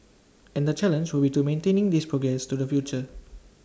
and the challenge would to maintain this progress to the future